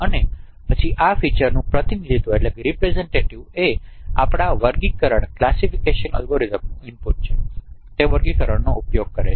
અને પછી આ ફીચરનું પ્રતિનિધિત્વ એ આપણાં વર્ગીકરણ અલ્ગોરિધમનું ઇનપુટ છે તે વર્ગીકરણનો ઉપયોગ કરો